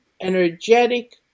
energetic